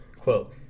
quote